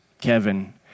Kevin